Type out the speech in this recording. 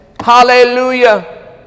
Hallelujah